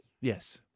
Yes